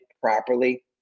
properly